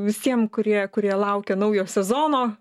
visiem kurie kurie laukia naujo sezono